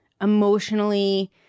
emotionally